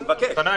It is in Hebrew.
אני מבקש.